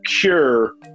cure